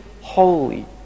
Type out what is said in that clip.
holy